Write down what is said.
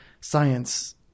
science